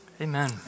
Amen